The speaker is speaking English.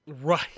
Right